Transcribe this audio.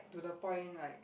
to the point like